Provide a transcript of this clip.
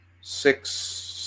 six